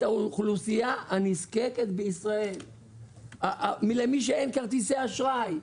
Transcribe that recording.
האוכלוסייה הנזקקת בישראל ואת מי שאין לו רכב וכרטיסי אשראי.